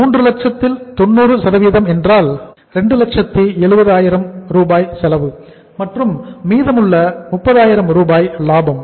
3 லட்சத்தில் 90 என்றால் 270000 செலவு மற்றும் மீதமுள்ள 30000 லாபம்